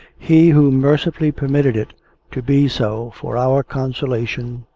he, who mercifully permitted it to be so for our consolation,